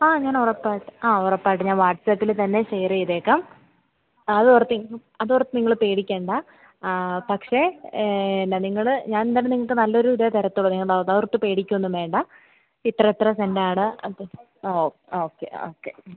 ആ ഞാൻ ഉറപ്പായിട്ട് ആ ഉറപ്പായിട്ടും ഞാൻ വാട്ട്സാപ്പിൽ തന്നെ ഷെയർ ചെയ്തേക്കാം അത് ഓർത്ത് അത് ഓർത്ത് നിങ്ങൾ പേടിക്കണ്ട ആ പക്ഷേ എന്താണ് നിങ്ങൾ ഞാൻ എന്തായാലും നിങ്ങൾക്ക് നല്ല ഒരിതേ തരുള്ളൂ നിങ്ങൾ അത് ഓർത്ത് പേടിക്കുവൊന്നും വേണ്ട ഇത്ര ഇത്ര സെൻറ് ആണ് അത് ആ ഓ ഓക്കെ ഓക്കെ